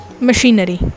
machinery